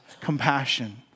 compassion